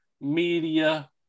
media